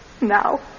Now